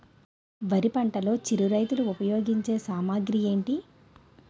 వరి పంటలో చిరు రైతులు ఉపయోగించే సామాగ్రి ఏంటి?